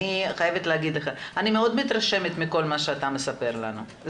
אני חייבת להגיד לך שאני מאוד מתרשמת מכל מה שאתה מספר לנו,